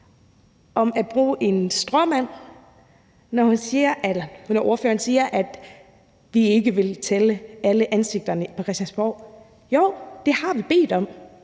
for at bruge en stråmand, da ordføreren sagde, at vi ikke vil tælle alle ansigterne på Christiansborg. Jo, det har vi bedt om,